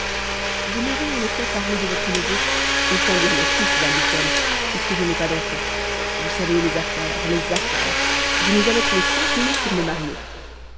vous m'avez en effet parlé de votre neveu autant dire mon fils van mitten puisque je n'ai pas d'enfant vous savez les affaires les affaires je n'ai jamais trouvé cinq minutes pour me marier